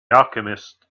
alchemist